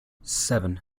seven